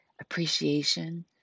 appreciation